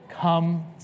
Come